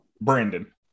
Brandon